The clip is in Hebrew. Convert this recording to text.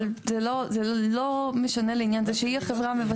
אבל, זה לא משנה לעניין זה שהיא החברה המבצעת.